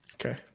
Okay